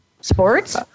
Sports